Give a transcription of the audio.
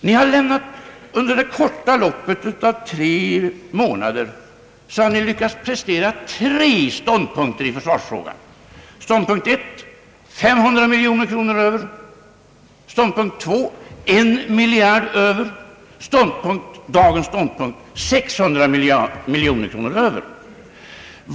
Ni har under det korta loppet av tre månader lyckats prestera tre ståndpunkter i försvarsfrågan. Den första ståndpunkten innebär 509 miljoner kronor mera, den andra ståndpunkten 1 miljard kronor mera och den tredje ståndpunkten, dagens ståndpunkt, innebär 600 miljoner kronor mera.